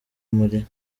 muri